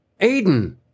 Aiden